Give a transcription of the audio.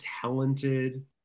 talented